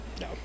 No